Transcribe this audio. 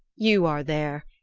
you are there!